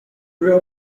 grew